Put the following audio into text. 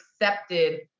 accepted